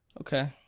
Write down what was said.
Okay